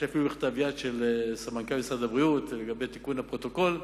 יש אפילו כתב-יד של סמנכ"ל משרד הבריאות לגבי תיקון הפרוטוקול.